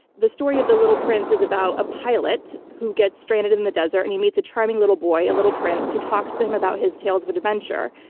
the story of the little prince is about a pilot who gets stranded in the desert and he meets a charming little boy, a little prince, who talks to him about his tales of adventure.